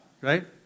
Right